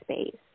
space